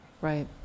Right